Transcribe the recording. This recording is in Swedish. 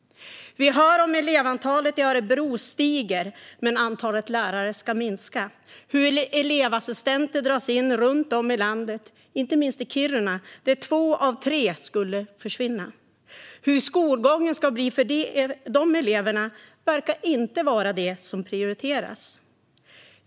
Vi hör om att elevantalet i Örebro stiger men att antalet lärare ska minska och om att elevassistenter dras in runt om i landet, inte minst i Kiruna där två av tre ska försvinna. Hur skolgången ska bli för de eleverna verkar inte vara det som prioriteras.